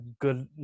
good